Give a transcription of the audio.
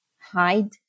hide